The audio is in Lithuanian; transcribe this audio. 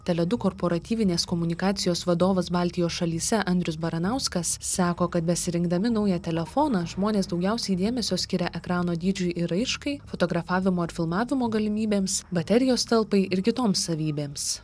tele du korporatyvinės komunikacijos vadovas baltijos šalyse andrius baranauskas sako kad besirinkdami naują telefoną žmonės daugiausiai dėmesio skiria ekrano dydžiui ir raiškai fotografavimo ar filmavimo galimybėms baterijos talpai ir kitoms savybėms